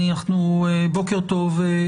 בוקר טוב,